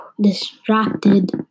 distracted